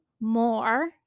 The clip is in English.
more